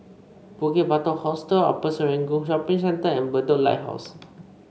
Bukit Batok Hostel Upper Serangoon Shopping Centre and Bedok Lighthouse